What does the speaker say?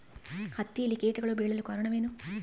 ಹತ್ತಿಯಲ್ಲಿ ಕೇಟಗಳು ಬೇಳಲು ಕಾರಣವೇನು?